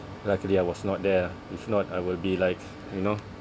luckily I was not there lah if not I will be like you know